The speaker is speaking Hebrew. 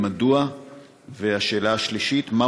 2. אם כן, מדוע?